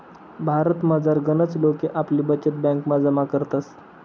भारतमझार गनच लोके आपली बचत ब्यांकमा जमा करतस